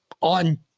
on